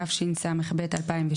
התשס"ב 2002